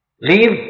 Leave